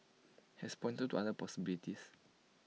has pointed to other possibilities